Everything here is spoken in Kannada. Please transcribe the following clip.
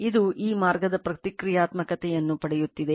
ಇದು ಈ ಮಾರ್ಗದ ಪ್ರತಿಕ್ರಿಯಾತ್ಮಕತೆಯನ್ನು ಪಡೆಯುತ್ತಿದೆ